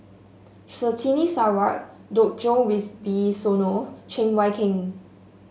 Surtini Sarwan Djoko Wibisono Cheng Wai Keung